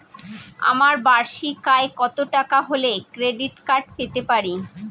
আমার বার্ষিক আয় কত টাকা হলে ক্রেডিট কার্ড পেতে পারি?